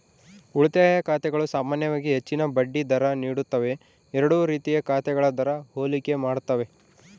ಉಳಿತಾಯ ಖಾತೆಗಳು ಸಾಮಾನ್ಯವಾಗಿ ಹೆಚ್ಚಿನ ಬಡ್ಡಿ ದರ ನೀಡುತ್ತವೆ ಎರಡೂ ರೀತಿಯ ಖಾತೆಗಳ ದರ ಹೋಲಿಕೆ ಮಾಡ್ತವೆ